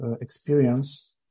Experience